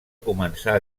començar